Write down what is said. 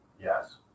yes